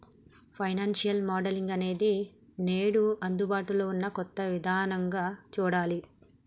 financial modelling అనేది నేడు అందుబాటులో ఉన్న కొత్త ఇదానంగా చూడాలి